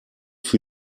für